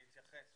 אני אתייחס.